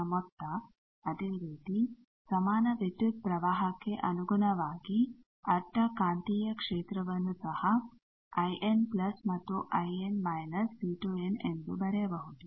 ನ ಮೊತ್ತ ಅದೇ ರೀತಿ ಸಮಾನ ವಿದ್ಯುತ್ ಪ್ರವಾಹಕ್ಕೆ ಅನುಗುಣವಾಗಿ ಅಡ್ಡ ಕಾಂತೀಯ ಕ್ಷೇತ್ರವನ್ನೂ ಸಹ ಎಂದು ಬರೆಯಬಹುದು